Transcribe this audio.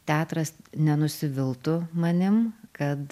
teatras nenusiviltų manim kad